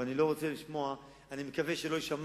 ואני לא רוצה לשמוע, אני מקווה שלא תישמע